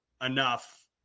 enough